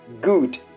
good